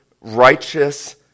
righteous